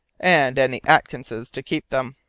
and any atkinses to keep them.